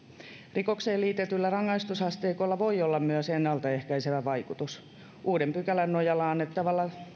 rikokseen liitetyllä rangaistusasteikolla voi olla myös ennalta ehkäisevä vaikutus uuden pykälän nojalla annettavalla